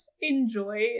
enjoy